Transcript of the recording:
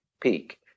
peak